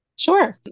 Sure